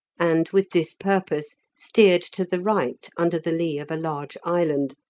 and with this purpose steered to the right under the lee of a large island,